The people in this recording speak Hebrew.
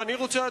ואני רוצה,